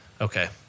Okay